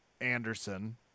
Anderson